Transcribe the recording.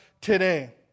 today